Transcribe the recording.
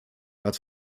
als